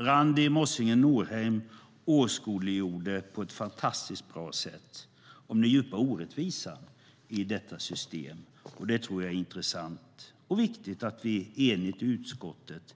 Randi Mossige-Norheim åskådliggjorde på ett fantastiskt bra sätt den djupa orättvisan i detta system. Jag tror att det är intressant och viktigt att vi enigt i utskottet